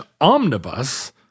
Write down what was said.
omnibus